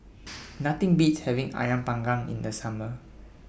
Nothing Beats having Ayam Panggang in The Summer